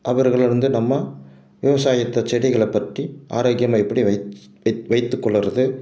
அவர்களிருந்து நம்ம விவசாயத்தை செடிகளை பற்றி ஆரோக்கியமாக எப்படி வைத் வை வைத்து கொள்கிறது